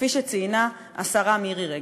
כפי שציינה השרה מירי רגב.